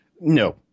no